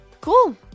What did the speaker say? cool